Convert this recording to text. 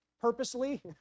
Purposely